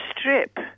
strip